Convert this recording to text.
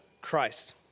Christ